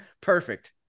Perfect